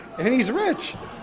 and he's rich.